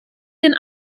den